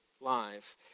live